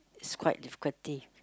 is quite difficulty